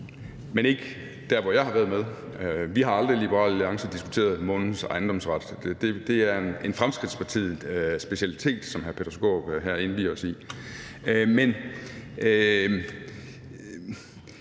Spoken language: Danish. men ikke der, hvor jeg har været med. Vi har aldrig i Liberal Alliance diskuteret månens ejendomsret. Det er en Fremskridtspartispecialitet, som hr. Peter Skaarup her indvier os i.